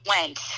went